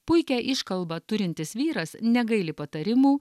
puikią iškalbą turintis vyras negaili patarimų